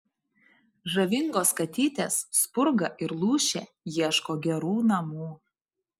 žavingos katytės spurga ir lūšė ieško gerų namų